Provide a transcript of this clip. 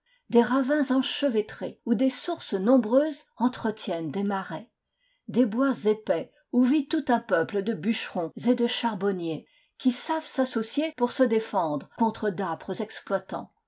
des ravins enchevêtrés où des sources nombreuses entretiennent des marais des bois épais où vit tout un peuple de bûcherons et de charbonniers qui savent s'associer pour se défendre contre d'âpres exploitants